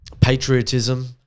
patriotism